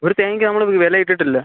ഒരു തേങ്ങയ്ക്ക് നമ്മൾ വ് വില ഇട്ടിട്ടില്ല